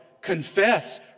Confess